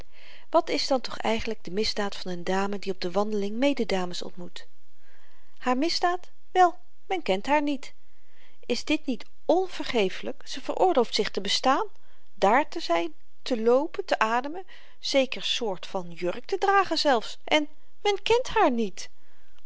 wat is dan toch eigenlyk de misdaad van n dame die op de wandeling mededames ontmoet haar misdaad wel men kent haar niet is dit niet onvergeeflyk ze veroorlooft zich te bestaan dààr te zyn te loopen te ademen zeker soort van jurk te dragen zelfs en men kent haar niet